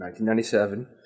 1997